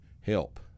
help